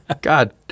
God